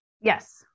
Yes